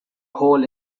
hole